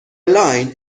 line